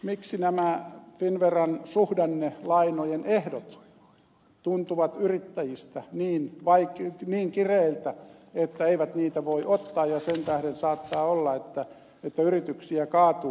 miksi nämä finnveran suhdannelainojen ehdot tuntuvat yrittäjistä niin kireiltä että he eivät niitä voi ottaa ja sen tähden saattaa olla että yrityksiä kaatuu